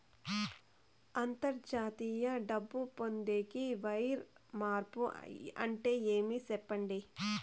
అంతర్జాతీయ డబ్బు పొందేకి, వైర్ మార్పు అంటే ఏమి? సెప్పండి?